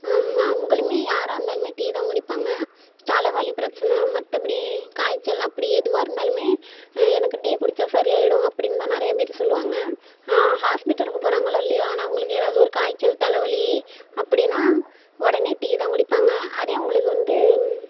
அவங்களுமே யாராக இருந்தாலுமே டீ தான் குடிப்பாங்க தலைவலி பிரச்சனை மற்றபடி காய்ச்சல் அப்படி எதுவாக இருந்தாலுமே எனக்கு டீ குடித்தா சரியாகிடும் அப்படின்னு தான் நிறையா பேர் சொல்லுவாங்க ஹாஸ்பிட்டலுக்குப் போகிறங்களோ இல்லையோ ஆனால் அவங்களுக்கு ஏதாவது ஒரு காய்ச்சல் தலைவலி அப்படின்னா உடனே டீ தான் குடிப்பாங்க அதே அவங்களுக்கு வந்து